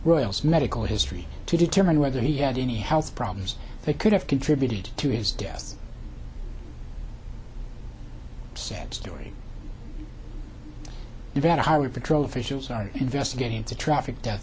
royals medical history to determine whether he had any health problems that could have contributed to his death sad story event highway patrol officials are investigating the traffic death